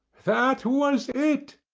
that was it,